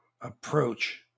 approach